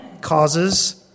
causes